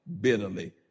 bitterly